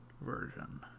version